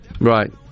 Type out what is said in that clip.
Right